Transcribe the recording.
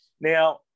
Now